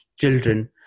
children